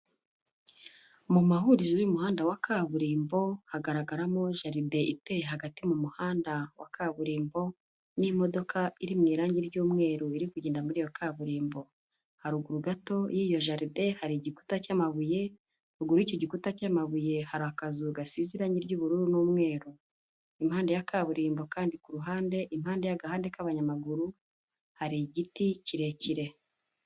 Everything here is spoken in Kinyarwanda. Mu mahurizo y'umuhanda wa kaburimbo, hagaragaramo jaride iteye hagati mu muhanda wa kaburimbo, n'imodoka iri mu irangi ry'umweru biri kugenda muri iyo kaburimbo. Haruguru gato y'iyo jaride hari igikuta cy'amabuye, rugura yicyo gikuta cy'amabuye hari akazu gasize irangi ry'ubururu n'umweru. impande ya kaburimbo kandi ku ruhande, impande y'agahanda k'abanyamaguru hari igiti kirekire.